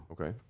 Okay